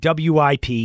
WIP